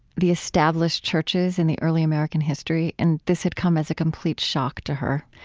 the established churches in the early american history. and this had come as a complete shock to her.